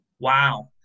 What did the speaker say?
wow